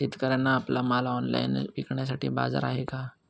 शेतकऱ्यांना आपला माल ऑनलाइन विकण्यासाठी बाजार आहे का?